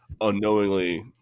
unknowingly